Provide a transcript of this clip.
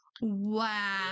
Wow